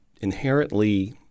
inherently